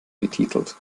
betitelt